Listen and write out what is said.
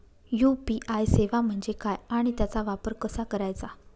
UPI सेवा म्हणजे काय आणि त्याचा वापर कसा करायचा?